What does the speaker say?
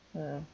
mm